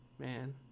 Man